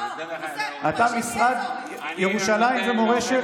אתה משרד ירושלים ומורשת?